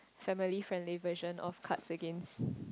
family friendly version of cards against